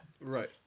right